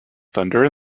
thunder